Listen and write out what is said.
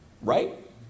Right